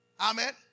Amen